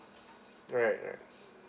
right right